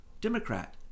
Democrat